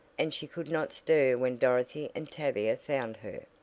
and she could not stir when dorothy and tavia found her.